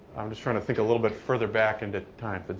i'm just trying to think a little bit further back into time. but